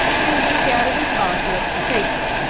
and he took out of his pocket a paper,